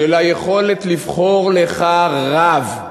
של היכולת לבחור לך רב,